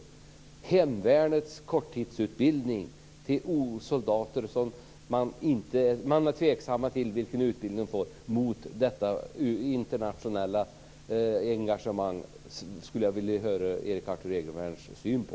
Att man ger hemvärnets korttidsutbildning till soldater, när man är tveksam till vilken utbildning de får, i stället för detta internationella engagemang, skulle jag vilja höra Erik Arthur Egervärns syn på.